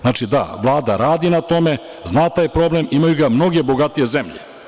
Znači da Vlada radi na tome, zna taj problem, imaju ga mnoge bogatije zemlje.